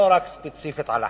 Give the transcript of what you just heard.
לא ספציפית על החאג'.